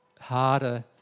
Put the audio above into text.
harder